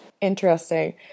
Interesting